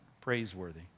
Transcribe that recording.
praiseworthy